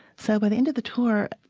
so by the end of the tour,